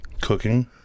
Cooking